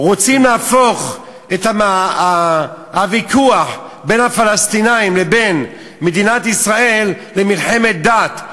רוצים להפוך את הוויכוח בין הפלסטינים לבין מדינת ישראל למלחמת דת.